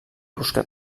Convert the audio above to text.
busca